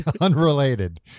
Unrelated